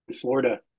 Florida